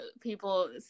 people